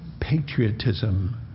patriotism